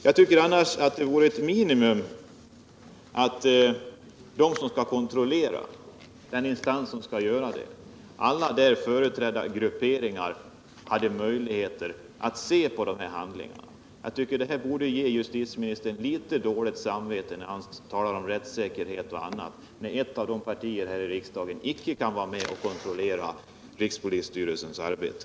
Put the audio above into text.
Jag tycker annars att det vore ett minimum att den kontrollerande instansen och alla där företrädda grupperingar hade möjligheter att se på dessa handlingar. Det borde ge justitieministern litet dåligt samvete när han talar om rättssäkerhet att veta, att ett av partierna här i riksdagen icke kan vara med och kontrollera rikspolisstyrelsens arbete.